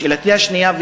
שאלתי השנייה,